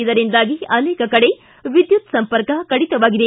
ಇದರಿಂದಾಗಿ ಅನೇಕ ಕಡೆ ವಿದ್ದುತ್ ಸಂಪರ್ಕ ಕಡಿತವಾಗಿದೆ